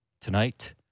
tonight